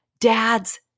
Dad's